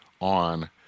on